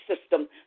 system